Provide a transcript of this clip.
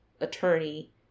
attorney